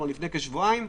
לפני כשבועיים,